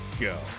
Go